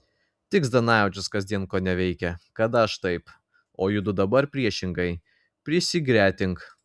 tik zdanavičius kasdien koneveikia kad aš taip o judu dabar priešingai prisigretink